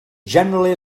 generally